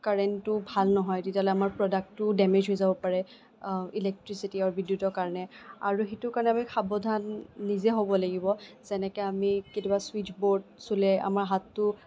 কাৰেণ্টটো ভাল নহয় তেতিয়াহ'লে আমাৰ প্ৰডাক্টটো ডেমেজ হৈ যাব পাৰে ইলেক্ট্ৰিচিটি আৰু বিদ্যুতৰ কাৰণে আৰু সেইটোৰ কাৰণে আমি সাৱধান নিজে হ'ব লাগিব যেনেকে আমি কেতিয়াবা ছুইটচ বৰ্ড চুলে আমাৰ হাতটো